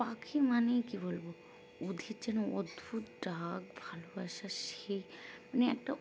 পাখি মানেই কী বলবো ওদের যেন অদ্ভুত ডাক ভালোবাসা সেই মানে একটা